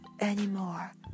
anymore